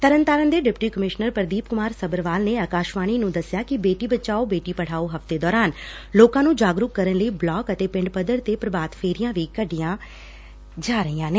ਤਰਨਤਾਰਨ ਦੇ deputy commissioner Pradeep Kumar Sabharwal ਨੇ ਆਕਾਸ਼ਵਾਣੀ ਨੂੰ ਦਸਿਆ ਕਿ ਬੇਟੀ ਬਚਾਓ ਬੇਟੀ ਪੜ੍ਜਾਓ ਹਫ਼ਤੇ ਦੌਰਾਨ ਲੋਕਾਂ ਨੂੰ ਜਾਗਰੂਕ ਕਰਨ ਲਈ ਬਲਾਕ ਅਤੇ ਪਿੰਡ ਪੱਧਰ ਤੇ ਪਰਵਾਤ ਫੇਰੀਆ ਵੀ ਕੱਢੀਆਂ ਜਾ ਰਹੀਆਂ ਨੇ